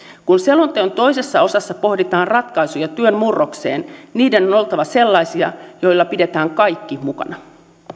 kun selonteon toisessa osassa pohditaan ratkaisuja työn murrokseen niiden on oltava sellaisia joilla pidetään kaikki mukana